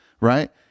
Right